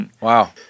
Wow